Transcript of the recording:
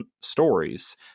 stories